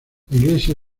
iglesia